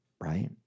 right